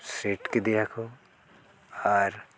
ᱠᱮᱫᱮᱭᱟᱠᱚ ᱟᱨ